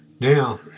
Now